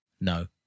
No